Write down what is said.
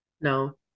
No